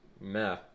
meh